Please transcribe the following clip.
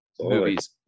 movies